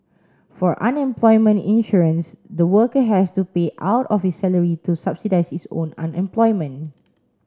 for unemployment insurance the worker has to pay out of his salary to subsidise his own unemployment